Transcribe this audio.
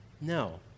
no